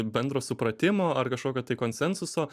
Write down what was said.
bendro supratimo ar kažkokio tai konsensuso